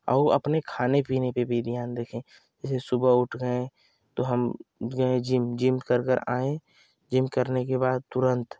और अपने खाने पीने पर भी ध्यान देखें जैसे सुबह उठ गए तो हम गए हैं जिम जिम कर कर आएँ जिम करने के बाद तुरंत